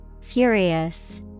Furious